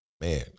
Man